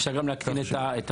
אפשר גם להקטין את התקן,